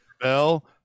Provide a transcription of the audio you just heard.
Bell